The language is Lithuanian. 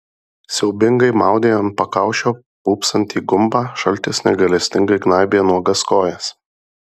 siaubingai maudė ant pakaušio pūpsantį gumbą šaltis negailestingai gnaibė nuogas kojas